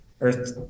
earth